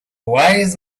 wise